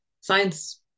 science